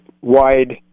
wide